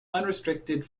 unrestricted